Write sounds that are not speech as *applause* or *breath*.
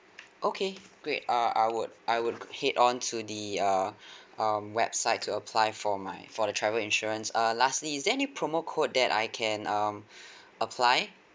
okay great uh I would I would head on to the uh *breath* um website to apply for my for the travel insurance err lastly is there any promo code that I can um *breath* apply